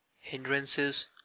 Hindrances